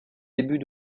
début